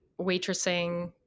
waitressing